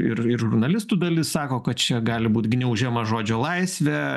ir ir žurnalistų dalis sako kad čia gali būt gniaužiama žodžio laisvė